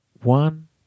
one